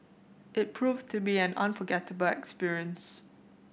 it proved to be an unforgettable experience